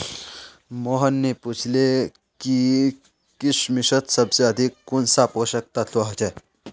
मोहन ने पूछले कि किशमिशत सबसे अधिक कुंन सा पोषक तत्व ह छे